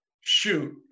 shoot